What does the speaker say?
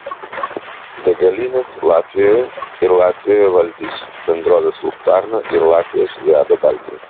degalinės latvijoje ir latvijoje valdys bendrovės luktarna ir latvijos viada baltija